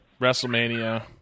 Wrestlemania